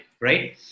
right